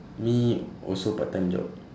me also part-time job